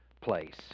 place